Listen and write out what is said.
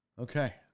Okay